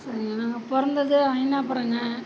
சரிங்க நாங்கள் பிறந்தது ஐனாபுரம்க